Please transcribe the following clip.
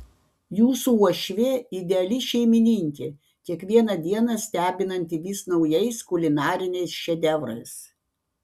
jūsų uošvė ideali šeimininkė kiekvieną dieną stebinanti vis naujais kulinariniais šedevrais